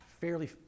fairly